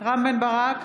רם בן ברק,